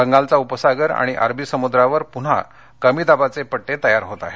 बंगालचा उपसागर आणि अरबी समुद्रावर पुन्हा कमी दाबाचे पट्टे तयार होत आहेत